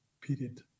period